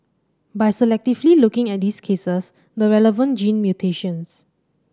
by selectively looking at these cases the relevant gene mutations